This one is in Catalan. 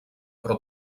però